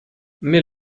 mais